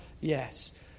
Yes